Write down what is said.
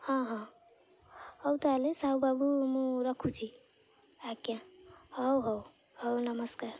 ହଁ ହଁ ହଉ ତା'ହେଲେ ସାହୁ ବାବୁ ମୁଁ ରଖୁଛିି ଆଜ୍ଞା ହଉ ହଉ ହଉ ନମସ୍କାର